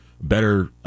better